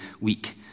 week